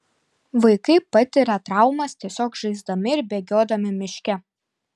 vaikai patiria traumas tiesiog žaisdami ir bėgiodami miške